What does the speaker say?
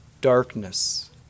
darkness